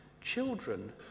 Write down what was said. children